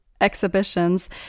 exhibitions